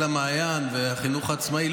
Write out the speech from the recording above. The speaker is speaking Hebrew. אל המעיין והחינוך העצמאי,